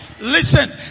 listen